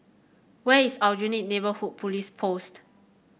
where is Aljunied Neighbourhood Police Post